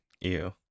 Ew